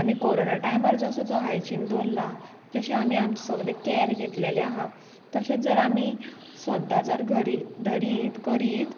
आमी कोरोना टायमार जसो जो हायजीन दवरला जशें आमी आमचे सगळे कॅर घेतलेले आहा तशेंच जर आमी सद्दा जर घरी धरीत करीत